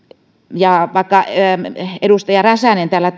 ja vaikka edustaja räsänen täällä